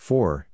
Four